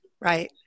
Right